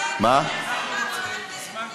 זמן קצת,